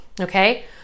okay